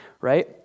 Right